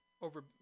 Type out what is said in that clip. over